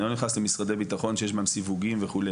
אני לא נכנס למשרדי ביטחון שיש בהם סיווגים וכו'.